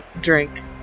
drink